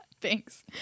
Thanks